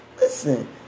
Listen